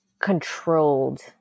controlled